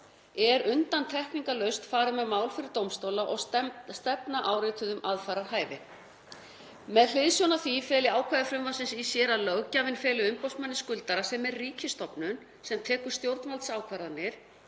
er undantekningarlaust farið með mál fyrir dómstóla og stefna árituð um aðfararhæfi. Með hliðsjón af því feli ákvæði frumvarpsins í sér að löggjafinn feli umboðsmanni skuldara, sem er ríkisstofnun sem tekur stjórnvaldsákvarðanir,